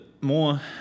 more